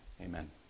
amen